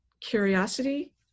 curiosity